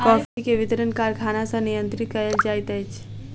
coffee के वितरण कारखाना सॅ नियंत्रित कयल जाइत अछि